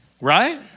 Right